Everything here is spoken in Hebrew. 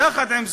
יחד עם זאת,